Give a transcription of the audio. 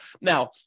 Now